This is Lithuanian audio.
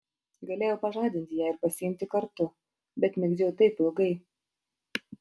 galėjau pažadinti ją ir pasiimti kartu bet migdžiau taip ilgai